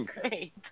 great